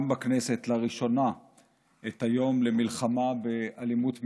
גם בכנסת לראשונה את היום למלחמה באלימות מינית.